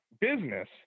business